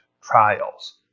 Trials